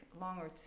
longer